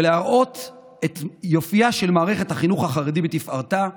ולהראות את יופייה של מערכת החינוך החרדי בתפארתה,